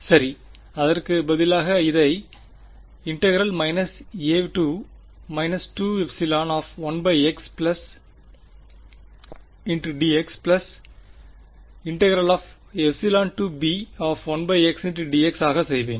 சரி அதற்கு பதிலாக இதை a 21x dx b1xdx ஆக செய்வேன்